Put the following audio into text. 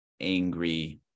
angry